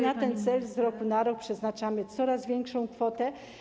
Na ten cel z roku na rok przeznaczamy coraz większą kwotę.